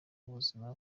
ubuzima